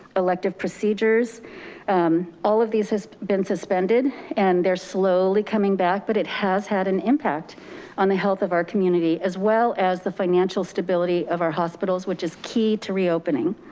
elective procedures all of these has been suspended and they're slowly coming back, but it has had an impact on the health of our community, as well as the financial stability of our hospitals, which is key to reopening.